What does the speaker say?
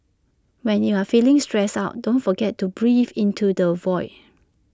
when you are feeling stressed out don't forget to breathe into the void